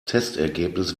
testergebnis